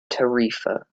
tarifa